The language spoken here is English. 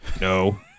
no